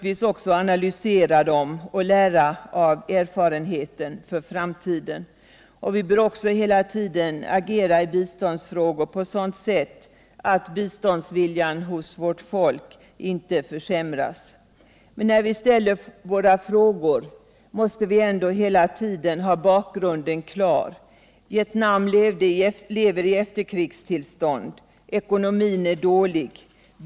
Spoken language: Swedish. Vi bör analysera dem och lära av erfarenheten för framtiden, och vi bör hela tiden agera i biståndsfrågor på sådant sätt att biståndsviljan hos vårt folk inte försämras. Men när vi ställer våra frågor måste vi ändå ha bakgrunden klar: Vietnam lever i ett efterkrigstillstånd. Ekonomin är svag.